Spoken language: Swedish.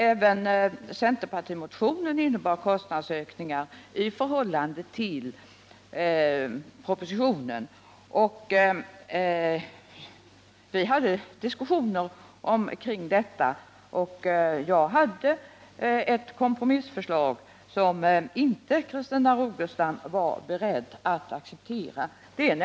Även centerpartimotionen innebar kostnadsökningar i förhållande till propositionen. Det kompromissförslag som jag förde fram under våra diskussioner var Christina Rogestam inte beredd att acceptera.